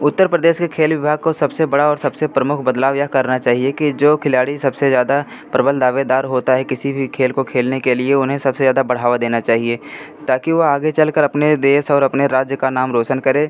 उत्तर प्रदेश के खेल विभाग को सबसे बड़ा और सबसे प्रमुख बदलाव यह करना चाहिए कि जो खिलाड़ी सबसे ज़्यादा प्रबल दावेदार होता है किसी भी खेल को खेलने के लिए उन्हें सबसे ज़्यादा बढ़ावा देना चाहिए ताकि वह आगे चलकर अपने देश और अपने राज्य का नाम रोशन करे